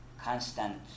constant